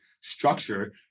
structure